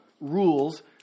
rules